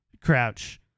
crouch